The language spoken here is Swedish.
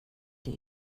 det